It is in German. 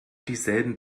dieselben